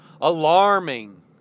alarming